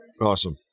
Awesome